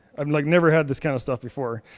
i'm like never had this kind of stuff before,